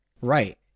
Right